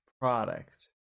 product